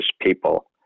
people